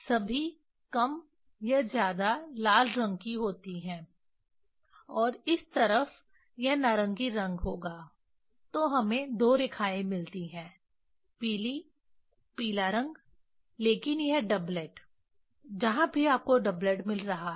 सभी कम या ज्यादा लाल रंग की होती हैं और इस तरफ यह नारंगी रंग होगा तो हमें दो रेखाएं मिलती हैं पीली पीला रंग लेकिन यह डबलेट जहां भी आपको डबलेट मिल रहा है